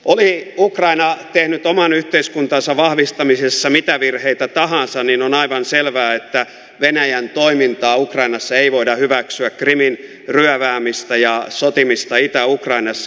oli ukraina tehnyt oman yhteiskuntansa vahvistamisessa mitä virheitä tahansa on aivan selvää että venäjän toimintaa ukrainassa ei voida hyväksyä krimin ryöväämistä ja sotimista itä ukrainassa